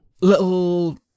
Little